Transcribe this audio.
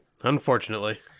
Unfortunately